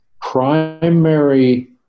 primary